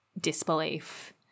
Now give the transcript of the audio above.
disbelief